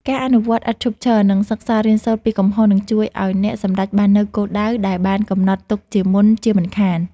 ការអនុវត្តឥតឈប់ឈរ និងសិក្សារៀនសូត្រពីកំហុសនឹងជួយឱ្យអ្នកសម្រេចបាននូវគោលដៅដែលបានកំណត់ទុកមុនជាមិនខាន។